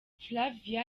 flavia